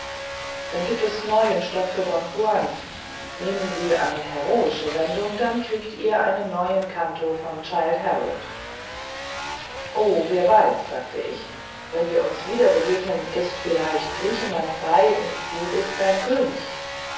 dann gibt es neuen stoff für don juan nehmen sie eine heroische wendung dann kriegt ihr einen neuen canto von childe harold o wer weiß sagte ich wenn wir uns wieder begegnen ist vielleicht griechenland frei und du bist sein könig